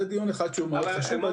זה דיון אחד שהוא מאוד חשוב.